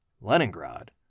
Leningrad